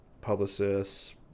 publicists